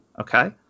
okay